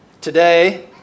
Today